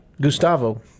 Gustavo